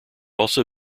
also